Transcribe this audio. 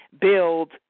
build